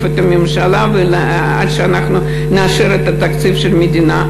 את הממשלה ועד שאנחנו נאשר את התקציב של המדינה.